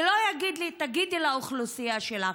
ולא יגיד לי: תגידי לאוכלוסייה שלך.